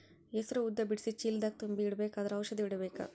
ಹೆಸರು ಉದ್ದ ಬಿಡಿಸಿ ಚೀಲ ದಾಗ್ ತುಂಬಿ ಇಡ್ಬೇಕಾದ್ರ ಔಷದ ಹೊಡಿಬೇಕ?